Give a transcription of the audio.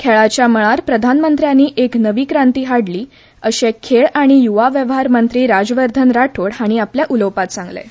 खेळा मळार प्रधानमंत्र्यानी एक नवी क्रांती हाडली अशें खेळ आनी यूवा वेव्हार मंत्री राज्यवर्धन राठोड हांणी आपल्या उलोवपांत सांगलें